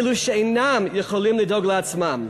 אלו שאינם יכולים לדאוג לעצמם.